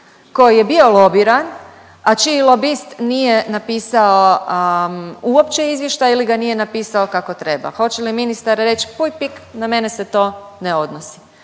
koji je bio lobiran, a čiji lobist nije napisao uopće izvještaj ili ga nije napisao kako treba? Hoće li ministar reći puj pik na mene se to ne odnosi?